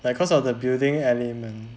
like cause of the building element